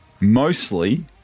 mostly